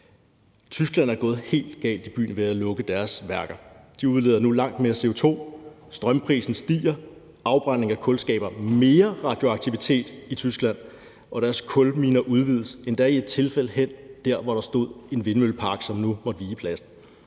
Tyskland er gået helt galt i byen ved at lukke deres værker. De udleder nu langt mere CO2, strømprisen stiger, afbrænding af kul skaber mere radioaktivitet i Tyskland, og deres kulminer udvides – endda i et tilfælde dér, hvor der stod en vindmøllepark, som nu har måttet må vige pladsen.